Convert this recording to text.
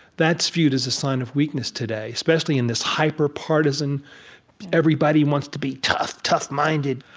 that's viewed as a sign of weakness today, especially in this hyper-partisan everybody wants to be tough-minded.